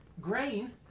Grain